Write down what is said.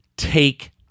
Take